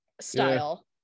style